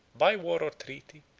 by war or treaty,